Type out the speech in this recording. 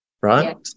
right